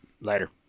Later